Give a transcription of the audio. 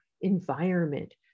environment